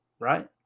right